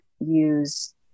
use